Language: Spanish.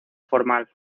formal